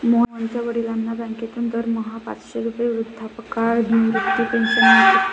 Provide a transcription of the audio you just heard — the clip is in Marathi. मोहनच्या वडिलांना बँकेतून दरमहा पाचशे रुपये वृद्धापकाळ निवृत्ती पेन्शन मिळते